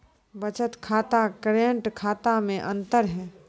बचत खाता करेंट खाता मे अंतर?